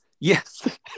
yes